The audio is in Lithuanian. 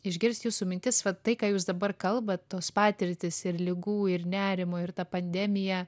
išgirst jūsų mintis va tai ką jūs dabar kalbat tos patirtys ir ligų ir nerimo ir ta pandemija